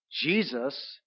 Jesus